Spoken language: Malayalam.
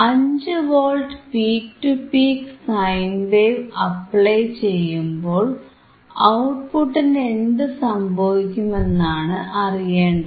5 volt peak to peak sine wave apply ചെയ്യുമ്പോൾ ഔട്ട്പുട്ടിന് എന്തു സംഭവിക്കുമെന്നാണ് അറിയേണ്ടത്